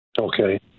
Okay